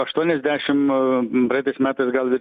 aštuoniasdešim praeitais metais gal